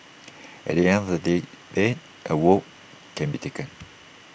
at the end of the day debate A vote can be taken